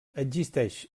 existeix